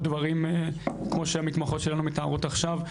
דברים כמו שהמתמחות שלנו מתארות עכשיו.